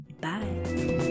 bye